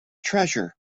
treasure